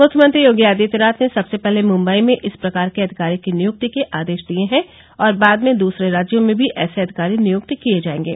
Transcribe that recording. मुख्यमंत्री योगी आदित्यनाथ ने सबसे पहले मुंबई में इस प्रकार के अधिकारी की नियुक्ति के आदेश दिए हैं और बाद में दूसरे राज्यों में भी ऐसे अधिकारी नियुक्त किए जाएंगे